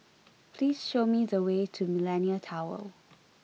please show me the way to Millenia Tower